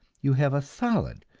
you have a solid,